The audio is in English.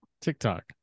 TikTok